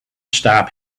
stop